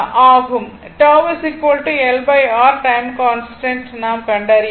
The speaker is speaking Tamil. τ LR டைம் கான்ஸ்டன்ட் நாம் கண்டறியலாம்